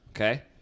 Okay